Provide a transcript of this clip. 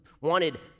wanted